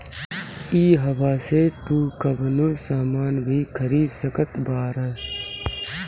इहवा से तू कवनो सामान भी खरीद सकत बारअ